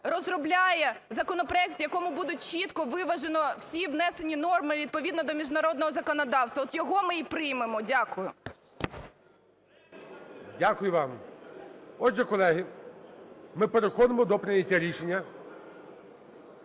розробляє законопроект, в якому будуть чітко, виважено всі внесені норми відповідно до міжнародного законодавства. От його ми і приймемо. Дякую. ГОЛОВУЮЧИЙ. Дякую вам. Отже, колеги, ми переходимо до прийняття рішення.